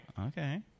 Okay